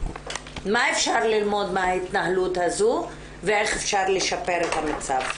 מה אפשר ללמוד מההתנהלות הזו ואיך אפשר לשפר את המצב.